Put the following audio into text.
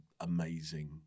Amazing